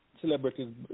celebrities